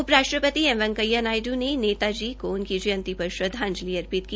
उपराष्ट्रपति एम वैंकेया नायड् ने नेता जी को उनकी जंयती पर श्रद्वाजंलि अर्पित की